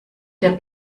der